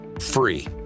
free